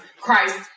Christ